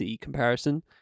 comparison